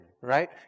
right